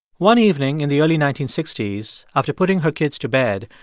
one evening in the early nineteen sixty s, after putting her kids to bed,